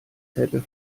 zettel